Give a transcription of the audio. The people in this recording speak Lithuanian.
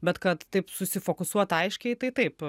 bet kad taip susifokusuot aiškiai tai taip